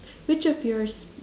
which of yours